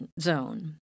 zone